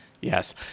Yes